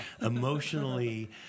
emotionally